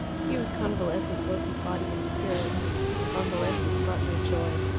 he was convalescent, both in body and spirit, but convalescence brought no joy.